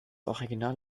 original